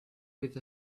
with